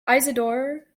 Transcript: isidor